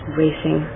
racing